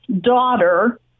daughter